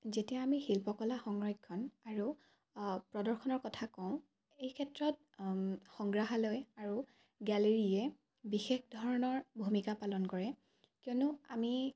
যেতিয়া আমি শিল্পকলা সংৰক্ষণ আৰু প্ৰদৰ্শনৰ কথা কওঁ এই ক্ষেত্ৰত সংগ্ৰাহালয় আৰু গেলেৰীয়ে বিশেষ ধৰণৰ ভূমিকা পালন কৰে কিয়নো আমি